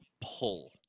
pull